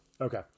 Okay